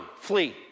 flee